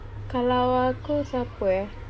kalau aku siapa eh